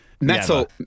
Metal